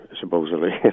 supposedly